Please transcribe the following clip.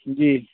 جی